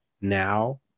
now